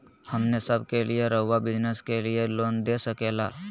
हमने सब के लिए रहुआ बिजनेस के लिए लोन दे सके ला?